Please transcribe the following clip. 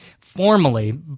formally